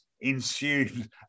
ensued